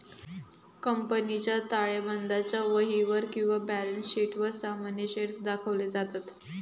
कंपनीच्या ताळेबंदाच्या वहीवर किंवा बॅलन्स शीटवर सामान्य शेअर्स दाखवले जातत